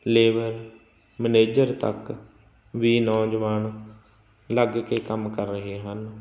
ਲੇਵਰ manager ਤੱਕ ਵੀ ਨੌਜਵਾਨ ਲੱਗ ਕੇ ਕੰਮ ਕਰ ਰਹੇ ਹਨ